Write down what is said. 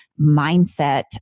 mindset